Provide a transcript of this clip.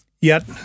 Yet-